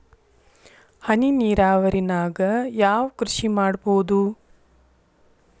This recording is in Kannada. ಹನಿ ನೇರಾವರಿ ನಾಗ್ ಯಾವ್ ಕೃಷಿ ಮಾಡ್ಬೋದು?